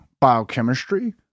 biochemistry